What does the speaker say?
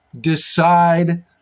decide